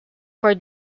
for